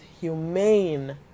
humane